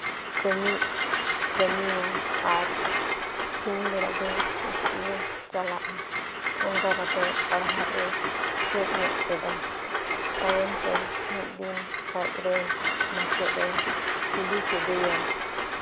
ᱠᱟᱹᱢᱤ ᱠᱟᱹᱢᱤᱭᱟ ᱟᱨ ᱟᱨ ᱥᱤᱧ ᱵᱮᱲᱟ ᱫᱚ ᱥᱠᱩᱞᱮ ᱪᱟᱞᱟᱜᱼᱟ ᱚᱱᱠᱟ ᱠᱟᱛᱮᱫ ᱯᱟᱲᱦᱟᱜ ᱮ ᱪᱮᱫ ᱧᱚᱜ ᱠᱮᱫᱟ ᱛᱟᱭᱚᱢᱛᱮ ᱢᱤᱫᱽᱫᱤᱱ ᱟᱡ ᱨᱮᱱ ᱢᱟᱪᱮᱫ ᱮ ᱠᱩᱞᱤ ᱠᱮᱫᱮᱭᱟ